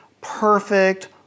perfect